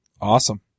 Awesome